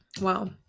wow